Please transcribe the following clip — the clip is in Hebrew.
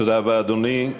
תודה רבה, אדוני.